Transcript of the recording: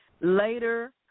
later